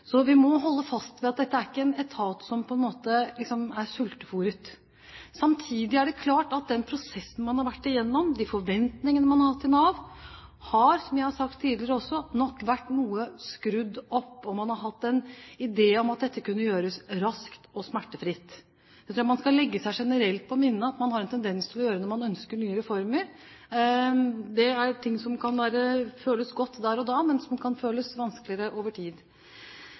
Så vi må holde fast ved at dette ikke er en etat som på en måte er sultefôret. Samtidig er det klart at den prosessen man har vært gjennom, de forventningene man har hatt til Nav, har, som jeg har sagt tidligere også, nok vært noe skrudd opp, og man har hatt en idé om at dette kunne gjøres raskt og smertefritt. Jeg tror man skal legge seg generelt på minne at man har en tendens til å gjøre det når man ønsker nye reformer. Det er ting som kan føles godt der og da, men som kan føles vanskeligere over tid.